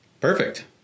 Perfect